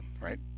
right